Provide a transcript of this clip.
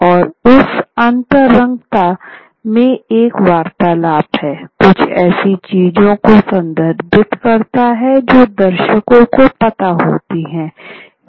और उस अंतरंगता में एक वार्तालाप में कुछ ऐसी चीजों को संदर्भित करता है जो दर्शकों को पता होती हैं